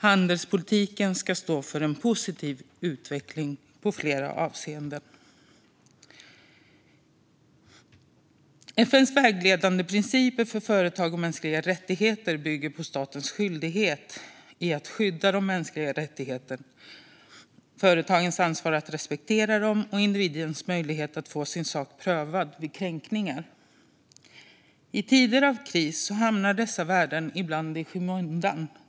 Handelspolitiken ska stå för en positiv utveckling i flera avseenden. FN:s vägledande principer för företag och mänskliga rättigheter bygger på statens skyldighet att skydda de mänskliga rättigheterna, företagens ansvar att respektera dem och individens möjligheter att få sin sak prövad vid kränkningar. I tider av kris hamnar dessa värden ibland i skymundan.